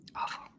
Awful